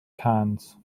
cannes